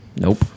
nope